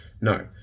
No